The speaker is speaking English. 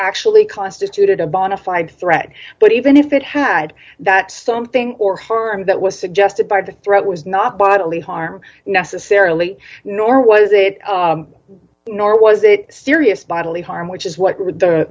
actually constituted a bonafide threat but even if it had that something or harm that was suggested by the threat was not bodily harm necessarily nor was it nor was it serious bodily harm which is what